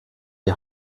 die